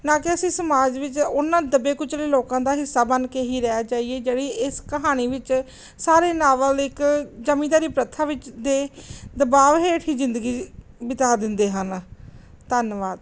ਨਾ ਕਿ ਅਸੀਂ ਸਮਾਜ ਵਿੱਚ ਉਹਨਾਂ ਦੱਬੇ ਕੁਚਲੇ ਲੋਕਾਂ ਦਾ ਹਿੱਸਾ ਬਣ ਕੇ ਹੀ ਰਹਿ ਜਾਈਏ ਜਿਹੜੀ ਇਸ ਕਹਾਣੀ ਵਿੱਚ ਸਾਰੇ ਨਾਵਲ ਦੇ ਇੱਕ ਜਮੀਂਦਾਰੀ ਪ੍ਰਥਾ ਵਿੱਚ ਦੇ ਦਬਾਵ ਹੇਠ ਹੀ ਜ਼ਿੰਦਗੀ ਬਿਤਾ ਦਿੰਦੇ ਹਨ ਧੰਨਵਾਦ